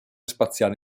spaziale